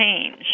change